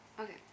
Okay